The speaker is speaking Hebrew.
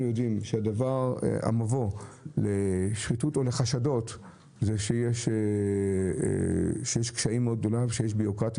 יודעים שהמבוא לשחיתות או לחשדות הוא שיש קשיים גדולים מאוד ויש בירוקרטיה